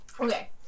Okay